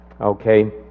Okay